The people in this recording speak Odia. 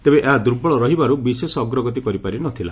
ତେବେ ଏହା ଦୁର୍ବଳ ରହିବାରୁ ବିଶେଷ ଅଗ୍ରଗତି କରିପାରି ନ ଥିଲା